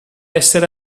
essere